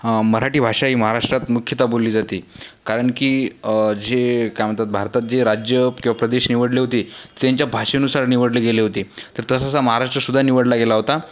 हं मराठी भाषा ही महाराष्ट्रात मुख्यतः बोलली जाते कारण की जे काय म्हणतात भारतात जे राज्य किंवा प्रदेश निवडले होते त्यांच्या भाषेनुसार निवडले गेले होते तर तसंच हा महाराष्ट्रसुद्धा निवडला गेला होता